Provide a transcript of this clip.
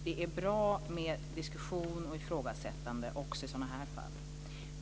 Det är bra med diskussion och ifrågasättande, också i sådana här fall.